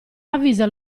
avvisa